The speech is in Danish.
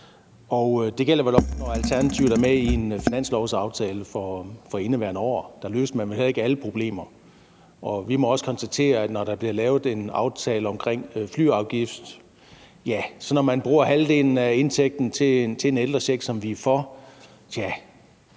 Og det gælder vel også, når Alternativet er med i finanslovsaftalen for indeværende år; der løste man vel heller ikke alle problemer. Vi må også konstatere, at når der bliver lavet en aftale omkring flyafgift, og når man så bruger halvdelen af indtægten til en ældrecheck, som vi er for,